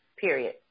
period